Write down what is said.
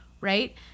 right